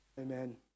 amen